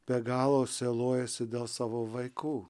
be galo sielojasi dėl savo vaikų